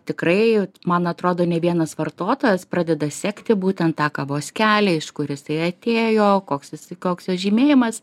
tikrai man atrodo nei vienas vartotojas pradeda sekti būtent tą kavos kelią iš kur jisai atėjo koks jisai koks jo žymėjimas